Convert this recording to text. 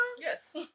Yes